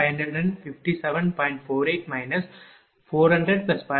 48 40050060057